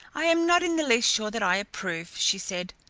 i am not in the least sure that i approve, she said,